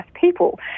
people